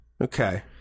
Okay